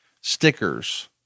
stickers